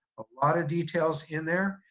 a lot of details in there.